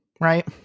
right